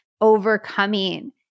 overcoming